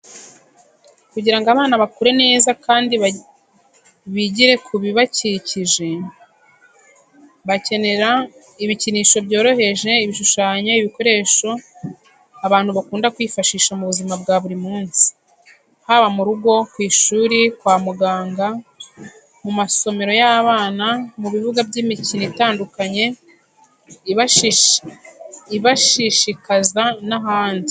Kugira ngo abana bakure neza kandi bigire ku bibakikije, bakenera ibikinisho byoroheje bishushanya ibikoresho abantu bakunda kwifashisha mu buzima bwa buri munsi; haba mu rugo, ku ishuri, kwa muganga, mu masomero y'abana, mu bibuga by'imikino itandukanye ibashishikaza n'ahandi.